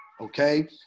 okay